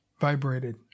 vibrated